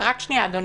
רק שנייה, אדוני.